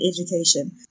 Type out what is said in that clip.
education